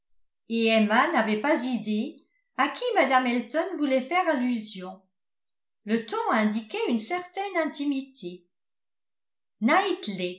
emma n'avait pas idée à qui mme elton voulait faire allusion le ton indiquait une certaine intimité